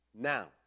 Now